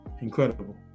incredible